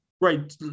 Right